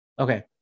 Okay